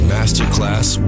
Masterclass